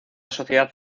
sociedad